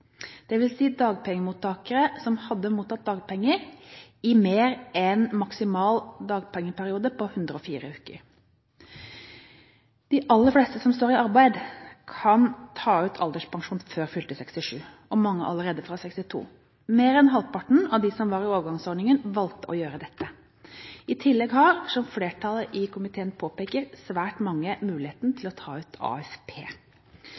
dagpengemottakere som hadde mottatt dagpenger i mer enn maksimal dagpengeperiode på 104 uker. De aller fleste som står i arbeid, kan ta ut alderspensjon før fylte 67 år, og mange allerede fra fylte 62 år. Mer enn halvparten av dem som var i overgangsordningen, valgte å gjøre dette. I tillegg har, som flertallet i komiteen påpeker, svært mange muligheten til å ta ut AFP.